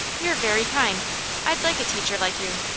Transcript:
you're very kind i'd like a teacher like you.